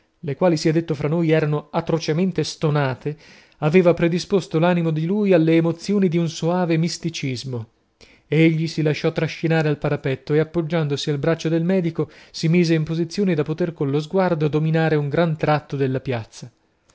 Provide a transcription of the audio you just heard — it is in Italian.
erano atrocemente stonate aveva predisposto l'animo di lui alle emozioni di un soave misticismo egli si lasciò trascinare al parapetto e appoggiandosi al braccio del medico si mise in posizione da poter collo sguardo dominare un gran tratto della piazza